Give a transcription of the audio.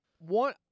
One